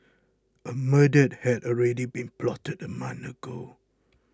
a murder had already been plotted a month ago